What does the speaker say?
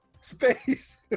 Space